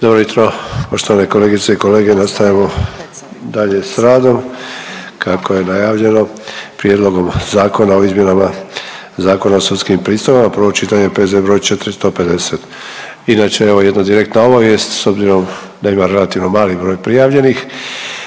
jutro poštovane kolegice i kolege. Nastavljamo dalje sa radom kako je najavljeno - Prijedlog zakona o izmjenama Zakona o sudskim pristojbama, prvo čitanje, P.Z. br. 450. Inače evo jedna direktna obavijest. S obzirom da ima relativno mali broj prijavljenih